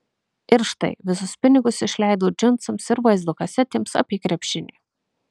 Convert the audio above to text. ir štai visus pinigus išleidau džinsams ir vaizdo kasetėms apie krepšinį